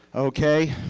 okay?